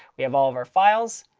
we have all of our files.